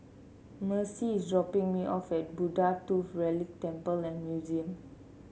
Mercy is dropping me off at Buddha Tooth Relic Temple and Museum